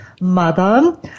mother